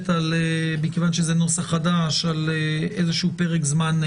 כיוון שזה נוסח חדש עומדת על פרק זמן.